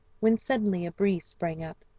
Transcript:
when suddenly a breeze sprang up,